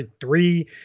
three